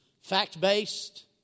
fact-based